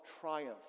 triumph